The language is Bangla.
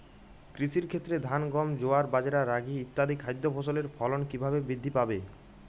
কৃষির ক্ষেত্রে ধান গম জোয়ার বাজরা রাগি ইত্যাদি খাদ্য ফসলের ফলন কীভাবে বৃদ্ধি পাবে?